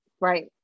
Right